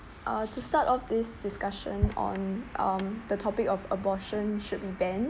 uh to start off this discussion on um the topic of abortion should be banned